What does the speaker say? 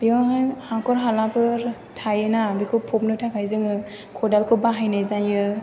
बेयावहाय हाख'र हालाफोर थायोना बेखौ फबनो थाखाय जोङो खदालखौ बाहायनाय जायो